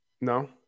No